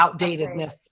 outdatedness